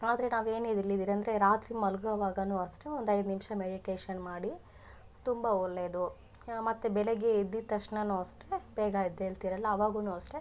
ಆದರೆ ನಾವು ಏನಿದು ಇಲ್ಲಿದಿರಿ ಅಂದರೆ ರಾತ್ರಿ ಮಲ್ಗೋವಾಗ ಅಷ್ಟೆ ಒಂದು ಐದು ನಿಮಿಷ ಮೆಡಿಟೇಷನ್ ಮಾಡಿ ತುಂಬ ಒಳ್ಳೆದು ಮತ್ತು ಬೆಳಗ್ಗೆ ಎದ್ದಿದ ತಕ್ಷಣ ಅಷ್ಟೆ ಬೇಗ ಎದ್ದೇಳ್ತಿರಲ್ಲ ಅವಾಗು ಅಷ್ಟೆ